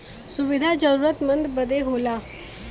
सुविधा जरूरतमन्द बदे होला